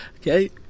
Okay